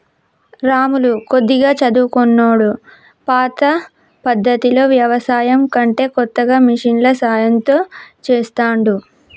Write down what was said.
రాములు కొద్దిగా చదువుకున్నోడు పాత పద్దతిలో వ్యవసాయం కంటే కొత్తగా మిషన్ల సాయం తో చెస్తాండు